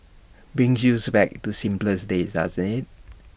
brings you's back to simpler days doesn't IT